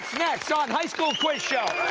next on high school quiz show.